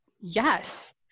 yes